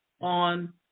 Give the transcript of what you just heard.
on